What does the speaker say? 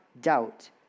doubt